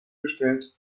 bestellt